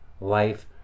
life